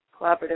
collaborative